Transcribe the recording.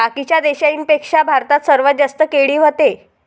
बाकीच्या देशाइंपेक्षा भारतात सर्वात जास्त केळी व्हते